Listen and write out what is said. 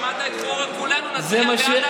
שמעת, כולנו נצביע בעד הצעה ממשלתית,